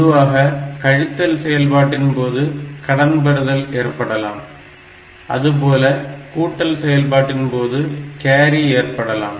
பொதுவாக கழித்தல் செயல்பாட்டின் போது கடன் பெறுதல் ஏற்படலாம் அதுபோல கூட்டல் செயல்பாட்டின் போது கேரி ஏற்படலாம்